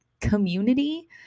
community